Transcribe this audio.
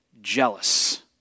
jealous